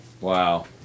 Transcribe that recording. Wow